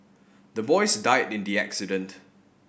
the boys died in the accident